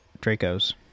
Draco's